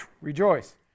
rejoice